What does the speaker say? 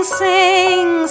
sing